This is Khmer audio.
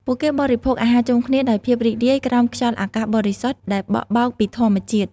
ពួកគេបរិភោគអាហារជុំគ្នាដោយភាពរីករាយ ក្រោមខ្យល់អាកាសបរិសុទ្ធដែលបក់បោកពីធម្មជាតិ។